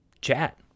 chat